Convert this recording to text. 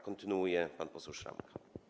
Kontynuuje pan poseł Szramka.